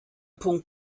punkt